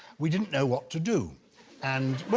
we didn't know what to do and but